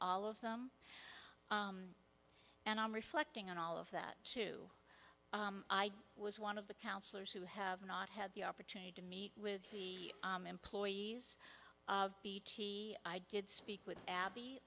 all of them and i'm reflecting on all of that too i was one of the counselors who have not had the opportunity to meet with the employees of bt i did speak with abby